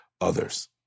others